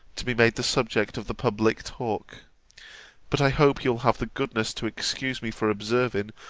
to be made the subject of the public talk but i hope you will have the goodness to excuse me for observing,